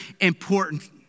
important